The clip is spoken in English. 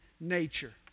nature